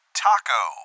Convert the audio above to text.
taco